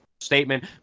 statement